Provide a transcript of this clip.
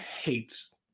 hates